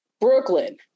Brooklyn